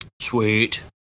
sweet